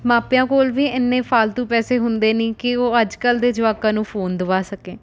ਮਾਪਿਆਂ ਕੋਲ ਵੀ ਇੰਨੇ ਫਾਲਤੂ ਪੈਸੇ ਹੁੰਦੇ ਨਹੀਂ ਕਿ ਉਹ ਅੱਜ ਕੱਲ੍ਹ ਦੇ ਜਵਾਕਾਂ ਨੂੰ ਫ਼ੋਨ ਦਵਾ ਸਕੇ